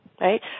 Right